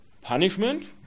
punishment